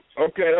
Okay